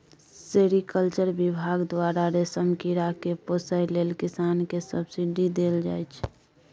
sericulture बिभाग द्वारा रेशम कीरा केँ पोसय लेल किसान केँ सब्सिडी देल जाइ छै